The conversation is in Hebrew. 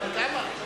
אבל כמה?